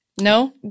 No